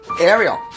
Ariel